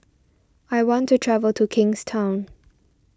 I want to travel to Kingstown